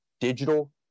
digital